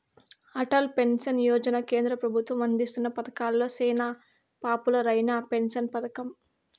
Atal pension Yojana కేంద్ర పెబుత్వం అందిస్తున్న పతకాలలో సేనా పాపులర్ అయిన పెన్సన్ పతకం